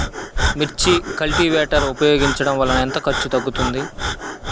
మిర్చి కల్టీవేటర్ ఉపయోగించటం వలన ఎంత ఖర్చు తగ్గుతుంది?